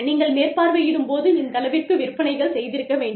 நீங்கள் மேற்பார்வையிடும் போது இந்தளவிற்கு விற்பனைகள் செய்திருக்க வேண்டும்